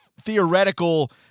theoretical